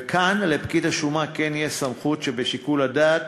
וכאן לפקיד השומה כן יש סמכות שבשיקול הדעת